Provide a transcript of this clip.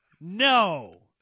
No